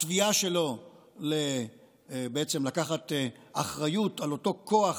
התביעה שלו היא בעצם לקחת אחריות על אותו כוח